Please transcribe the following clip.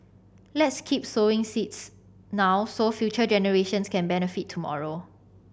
let's keep sowing seeds now so future generations can benefit tomorrow